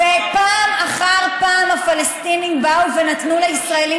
פעם אחר פעם הפלסטינים באו ונתנו לישראלים